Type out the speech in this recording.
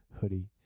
hoodie